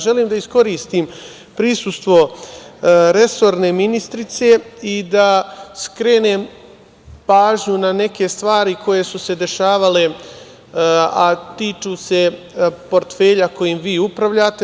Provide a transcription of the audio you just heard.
Želim da iskoristim prisustvo resorne ministrice i da skrenem pažnju na neke stvari koje su se dešavale, a tiču se portfelja kojim vi upravljate.